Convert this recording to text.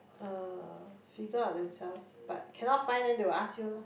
uh figure out themselves but cannot find then they will ask you lor